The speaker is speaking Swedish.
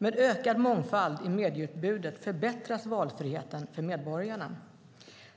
Med ökad mångfald i medieutbudet förbättras valfriheten för medborgarna.